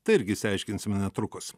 tai irgi išsiaiškinsime netrukus